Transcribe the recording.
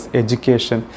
education